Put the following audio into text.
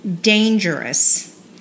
dangerous